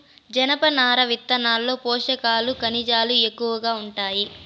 జనపనార విత్తనాల్లో పోషకాలు, ఖనిజాలు ఎక్కువగా ఉంటాయి